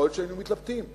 יכול להיות שהיינו מתלבטים.